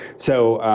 so,